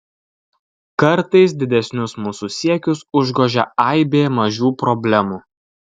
kartais didesnius mūsų siekius užgožia aibė mažų problemų